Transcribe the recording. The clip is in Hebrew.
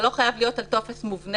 זה לא חייב להיות על טופס מובנה.